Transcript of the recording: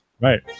Right